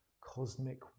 cosmic